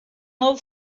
novo